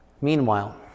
Meanwhile